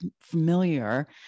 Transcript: familiar